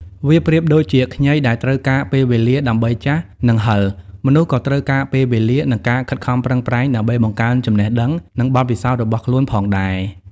វាប្រៀបដូចជាខ្ញីដែលត្រូវការពេលវេលាដើម្បីចាស់ និងហឹរ មនុស្សក៏ត្រូវការពេលវេលា និងការខិតខំប្រឹងប្រែងដើម្បីបង្កើនចំណេះដឹង និងបទពិសោធន៍របស់ខ្លួនផងដែរ។